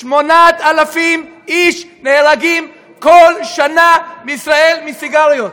8,000 איש נהרגים כל שנה בישראל מסיגריות.